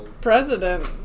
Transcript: president